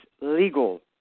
legal